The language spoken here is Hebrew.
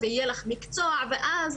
יהיה לך מקצוע, ואז